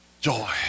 joy